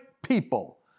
People